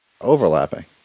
Overlapping